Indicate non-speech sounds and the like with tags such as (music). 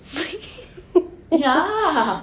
(laughs)